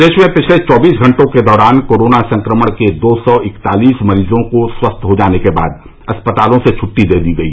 प्रदेश में पिछले चौबीस घंटों के दौरान कोरोना संक्रमण के दो सौ इकतालीस मरीजों को स्वस्थ हो जाने के बाद अस्पतालों से छुट्टी दे दी गई